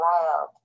wild